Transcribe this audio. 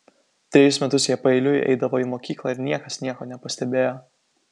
trejus metus jie paeiliui eidavo į mokyklą ir niekas nieko nepastebėjo